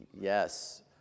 Yes